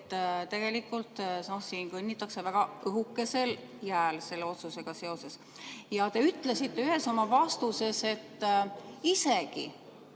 et tegelikult siin kõnnitakse väga õhukesel jääl selle otsusega seoses. Te ütlesite ühes oma vastuses, et isegi